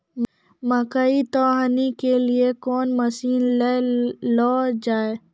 मकई तो हनी के लिए कौन मसीन ले लो जाए?